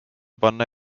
panna